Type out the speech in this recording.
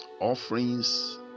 offerings